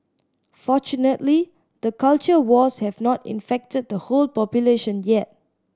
fortunately the culture wars have not infected the whole population yet